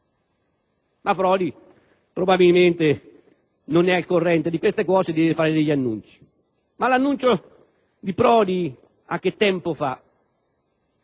Ma Prodi probabilmente non è al corrente di ciò e deve fare degli annunci. Però l'annuncio di Prodi a «Che tempo che